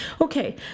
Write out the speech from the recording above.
Okay